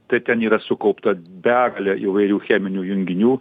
tai ten yra sukaupta begalė įvairių cheminių junginių